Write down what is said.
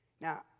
Now